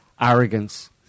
arrogance